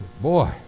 Boy